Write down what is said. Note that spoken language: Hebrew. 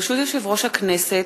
ברשות יושב-ראש הכנסת,